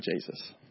Jesus